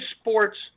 sports